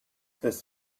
this